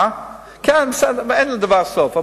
בסדר, ואין לדבר סוף.